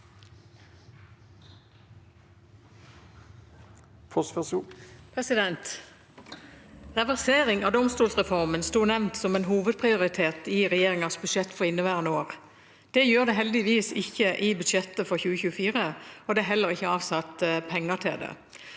Reversering av dom- stolsreformen sto nevnt som en hovedprioritet i regjeringens budsjett for inneværende år. Det gjør det heldigvis ikke i budsjettet for 2024, og det er heller ikke avsatt penger til det.